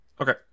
Okay